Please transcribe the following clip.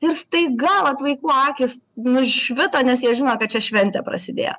ir staiga vat vaikų akys nušvito nes jie žino kad čia šventė prasidėjo